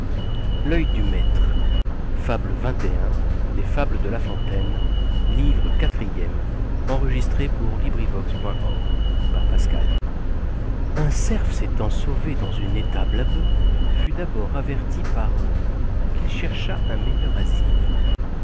l'œil du maître un cerf s'étant sauvé dans une étable à bœufs fut d'abord averti par eux qu'il cherchât un meilleur asile